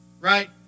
right